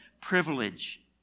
privilege